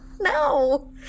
No